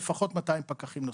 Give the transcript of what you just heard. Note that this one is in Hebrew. לפחות 200 פקחים נוספים.